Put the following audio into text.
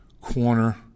corner